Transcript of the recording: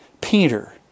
Peter